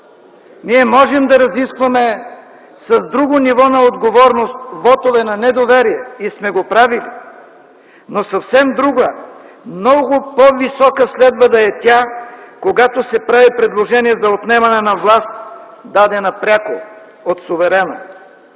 ние можем да разискваме с друго ниво на отговорност вотове на недоверие и сме го правили. Но съвсем друго е, много по-висока следва да е тя, когато се прави предложение за отнемане на власт, дадена пряко от суверена!